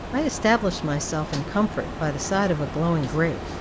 i established myself in comfort by the side of a glowing grate,